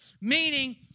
Meaning